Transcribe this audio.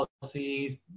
policies